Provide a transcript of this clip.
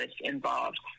involved